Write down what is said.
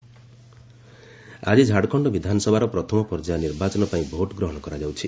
Jharkhand election ଆଜି ଝାଡ଼ଖଣ୍ଡ ବିଧାନସଭାର ପ୍ରଥମ ପର୍ଯ୍ୟାୟ ନିର୍ବାଚନ ପାଇଁ ଭୋଟ୍ ଗ୍ରହଣ କରାଯାଉଛି